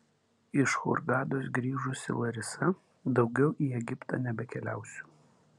iš hurgados grįžusi larisa daugiau į egiptą nebekeliausiu